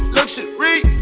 Luxury